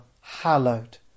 hallowed